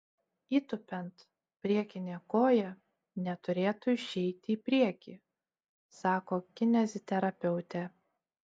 įtūpiant priekinė koja neturėtų išeiti į priekį sako kineziterapeutė